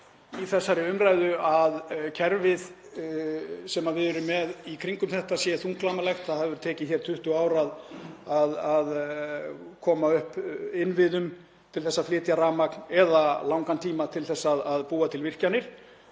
í þessari umræðu að kerfið sem við erum með í kringum þetta sé þunglamalegt og það hafi tekið 20 ár að koma upp innviðum til að flytja rafmagn eða langan tíma að búa til virkjanir.